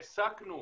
העסקנו,